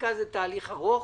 חקיקה היא תהליך ארוך.